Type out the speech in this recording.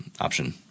option